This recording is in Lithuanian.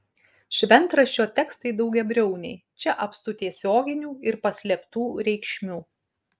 šventraščio tekstai daugiabriauniai čia apstu tiesioginių ir paslėptų reikšmių